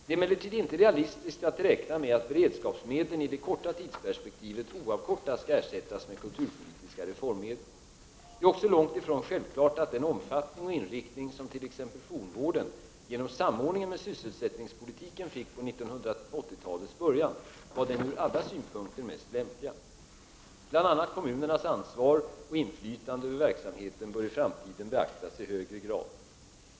Det är emellertid inte realistiskt att räkna med att beredskapsmedlen i det korta tidsperspektivet oavkortat skall ersättas med kulturpolitiska reformmedel. Det är också långt ifrån självklart att den omfattning och inriktning som t.ex. fornvården, genom samordningen med sysselsättningspolitiken, fick på 1980-talets början var den ur alla synpunkter mest lämpliga. Bl.a. kommunernas ansvar och inflytande över verksamheten bör i framtiden beaktas i högre grad.